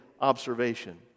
observation